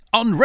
on